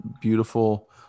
beautiful